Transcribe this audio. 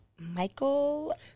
Michael